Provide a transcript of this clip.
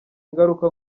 ingaruka